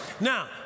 Now